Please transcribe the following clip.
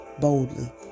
boldly